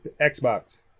xbox